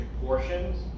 portions